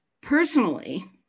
Personally